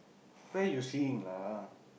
where you seeing lah